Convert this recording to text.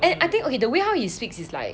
and I think okay the way how he speaks is like